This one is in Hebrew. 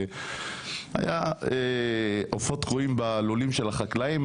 היו עופות תקועים בלולים של החקלאים,